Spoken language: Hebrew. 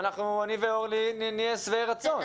אני ואורלי נהיה שבעי רצון.